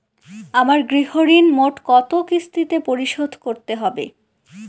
আমার গৃহঋণ মোট কত কিস্তিতে পরিশোধ করতে হবে?